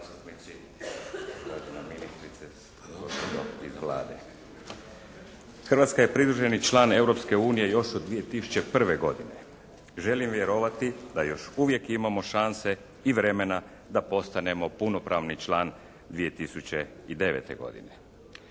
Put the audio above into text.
Hrvatska je pridruženi član Europske unije još od 2001. godine. Želim vjerovati da još uvijek imamo šanse i vremena da postanemo punopravni član 2009. godine.